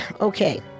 Okay